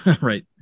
right